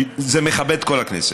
זה מכבד את כל הכנסת.